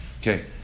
okay